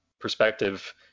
perspective